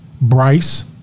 Bryce